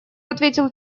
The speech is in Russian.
ответил